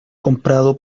comprado